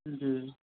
जी